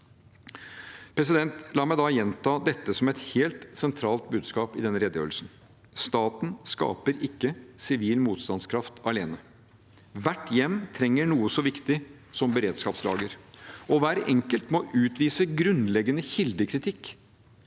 La meg gjenta dette som et helt sentralt budskap i denne redegjørelsen: Staten skaper ikke sivil motstands kraft alene. Hvert hjem trenger noe så viktig som et beredskapslager, og hver enkelt må utvise grunnleggende kildekritikk